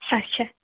اچھا